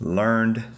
learned